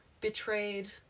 betrayed